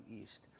East